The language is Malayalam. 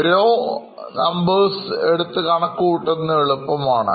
ഓരോ Numbers എടുത്തു കണക്കുകൂട്ടുന്നത് എളുപ്പമാണ്